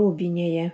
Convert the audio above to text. rūbinėje